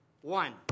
One